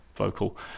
vocal